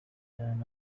turn